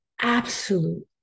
absolute